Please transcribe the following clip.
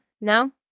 No